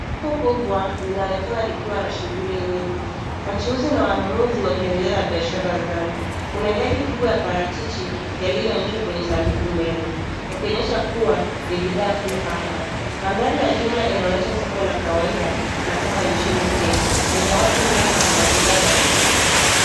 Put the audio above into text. Soko kubwa linaonekana likiwa na shughuli nyingi. Wachuuzi na wanunuzi wakiendelea na biashara zao. Kuna idadi kubwa ya parachichi yaliyoonyeshwa kwenye sanduku mbele yakionyesha kuwa ni bidhaa kuu hapa. Mandhari ya jumla inaonyesha soko la kawaida la umma nchini Kenya lenye watu wengi na bidhaa mbalimbali.